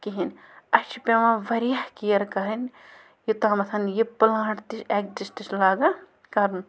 کِہیٖنۍ اَسہِ چھِ پٮ۪وان واریاہ کِیَر کَرٕنۍ یوٚتامَتھ یہِ پٕلانٛٹ تہِ چھِ اٮ۪کجِسٹ چھِ لاگان کَرُن